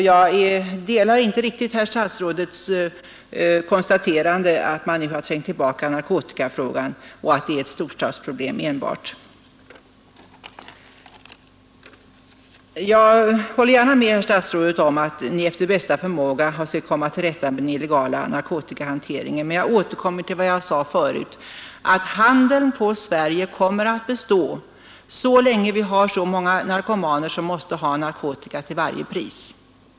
Jag delar alltså inte herr statsrådets uppfattning att man nu har trängt tillbaka narkotikabruket så att det enbart är ett storstadsproblem. Jag håller gärna med herr statsrådet om att ni efter bästa förmåga har sökt komma till rätta med den illegala narkotikahanteringen, men jag återkommer till vad jag sade förut: handeln på Sverige kommer att bestå så länge vi har så många narkomaner som måste ha narkotika till varje pris.